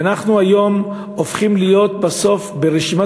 ואנחנו היום הופכים להיות בסוף ברשימת